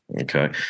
Okay